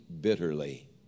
bitterly